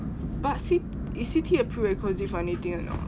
but C~ is C_T a prerequisite for anything or not